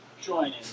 joining